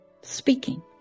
speaking